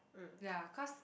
ya cause